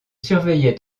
surveillaient